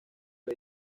que